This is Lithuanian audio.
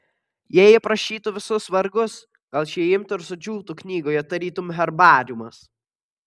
jei aprašytų visus vargus gal šie imtų ir sudžiūtų knygoje tarytum herbariumas